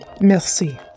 merci